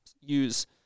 use